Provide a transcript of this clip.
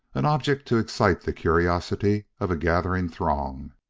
an object to excite the curiosity of a gathering throng.